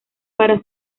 para